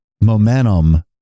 momentum